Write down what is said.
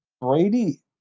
Brady